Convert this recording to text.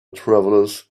travelers